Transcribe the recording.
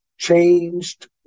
Changed